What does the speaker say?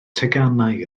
teganau